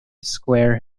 square